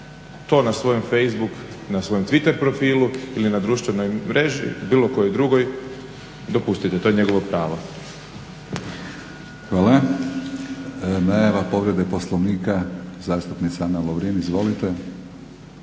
to na svojem Facebook i na svojem Twitter profilu ili na društvenoj mreži bilo kojoj drugoj dopustite, to je njegovo pravo. **Batinić, Milorad (HNS)** Hvala. Najava povrede Poslovnika, zastupnica Ana Lovrin. Izvolite.